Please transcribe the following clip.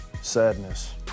sadness